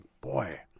boy